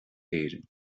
éireann